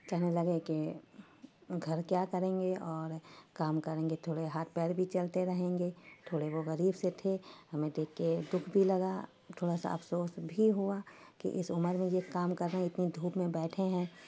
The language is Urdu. کہنے لگے کہ گھر کیا کریں گے اور کام کریں گے تھوڑے ہاتھ پیر بھی چلتے رہیں گے تھوڑے وہ غریب سے تھے ہمیں دیکھ کے دکھ بھی لگا تھوڑا سا افسوس بھی ہوا کہ اس عمر میں یہ کام کر رہے ہیں اتنی دھوپ میں بیٹھے ہیں